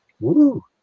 Woo